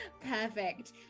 perfect